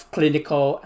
Clinical